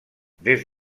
des